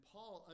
Paul